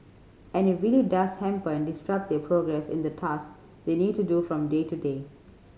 and it really does hamper and disrupt their progress in the task they need to do from day to day